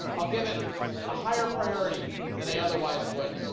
i'll give it a higher priority than i otherwise would.